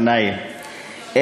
גנאים.